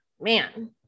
man